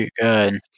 good